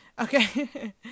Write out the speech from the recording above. Okay